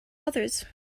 others